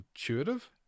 intuitive